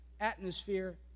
atmosphere